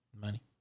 Money